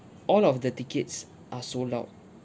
all of the tickets are sold out